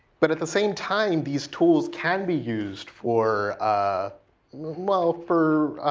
but at the same time these tools can be used for a well, for